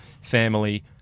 family